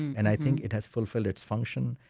and i think it has fulfilled its function,